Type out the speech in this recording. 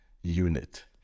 Unit